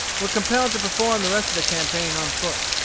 were compelled to perform the rest of the campaign on foot.